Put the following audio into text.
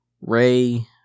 Ray